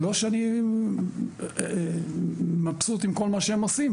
זה לא שאני מבסוט מכל מה שהם עושים,